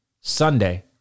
Sunday